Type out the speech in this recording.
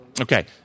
Okay